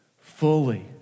fully